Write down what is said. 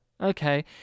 okay